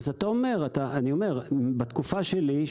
בתקופה שלי,